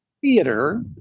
theater